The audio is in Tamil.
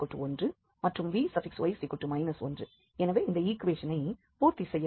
ux1 மற்றும் vy 1 எனவே இந்த ஈக்குவேஷனை பூர்த்தி செய்யவில்லை